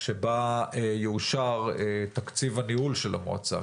שבה יאושר תקציב הניהול שלה.